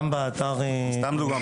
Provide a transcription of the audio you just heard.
גם באתר של המשטרה --- סתם לדוגמה,